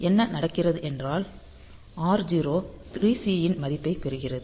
என்ன நடக்கிறது என்றால் r0 3C ன் மதிப்பைக் கொண்டிருக்கிறது